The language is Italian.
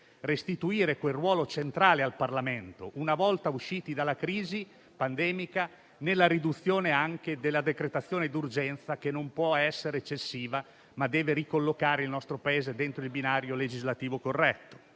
restituire quel ruolo centrale al Parlamento, una volta usciti dalla crisi pandemica, nella riduzione anche della decretazione d'urgenza, che non può essere eccessiva, ma deve ricollocare il nostro Paese dentro il binario legislativo corretto.